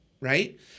right